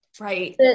Right